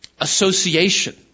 association